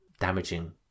damaging